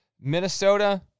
Minnesota